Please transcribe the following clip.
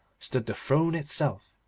stood the throne itself,